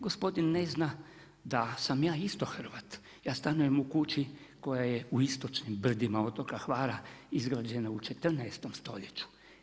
Gospodin ne zna da sam ja isto Hrvat, ja stanujem u kući koja je u istočnim brdima otoka Hvara izgrađena u 14. stoljeću.